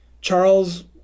charles